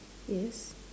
yes